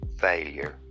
failure